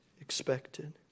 expected